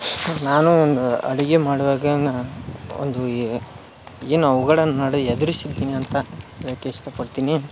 ನಾನು ಒಂದು ಅಡಿಗೆ ಮಾಡುವಾಗ ನಾ ಒಂದು ಏನು ಅವ್ಗಡವನ್ನ ನೋಡಿ ಎದ್ರಿಸಿದ್ದೇನೆ ಅಂತ ಹೇಳಕ್ಕೆ ಇಷ್ಟ ಪಡ್ತೀನಿ